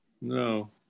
No